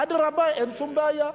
אדרבה, אין שום בעיה,